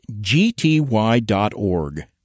gty.org